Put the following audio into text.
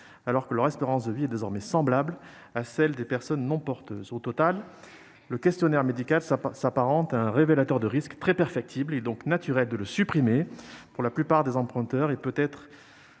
alors que leur espérance de vie est désormais semblable à celle des personnes non porteuses. Au total, le questionnaire médical s'apparente à un révélateur de risques très perfectible. Il est donc naturel de le supprimer pour la plupart des emprunteurs. Peut-être